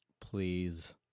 please